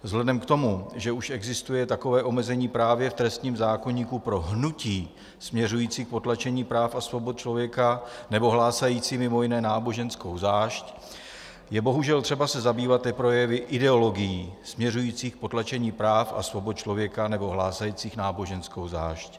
Vzhledem k tomu, že už existuje takové omezení právě v trestním zákoníku pro hnutí směřující k potlačení práv a svobod člověka nebo hlásající mimo jiné náboženskou zášť, je bohužel třeba se zabývat i projevy ideologií směřujících k potlačení práv a svobod člověka nebo hlásajících náboženskou zášť.